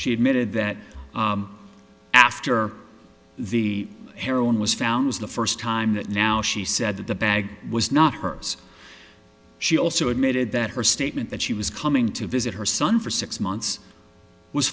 she admitted that after the heroin was found was the first time that now she said that the bag was not hers she also admitted that her statement that she was coming to visit her son for six months was